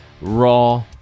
raw